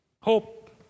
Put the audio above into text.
hope